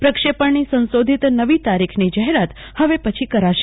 પ્રક્ષેપણની સંભવિત નવી તારીખની જાહેરાત હવે પછી કરશે